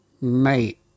Mate